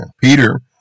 Peter